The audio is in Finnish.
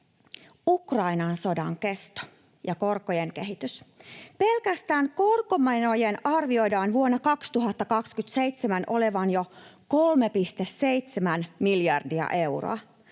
Ukrainan sodan kesto ja korkojen kehitys. Pelkästään korkomenojen arvioidaan vuonna 2027 olevan jo 3,7 miljardia euroa.